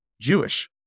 Jewish